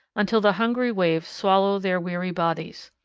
until the hungry waves swallow their weary bodies.